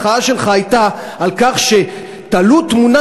כל המחאה שלך הייתה על כך שתלו תמונה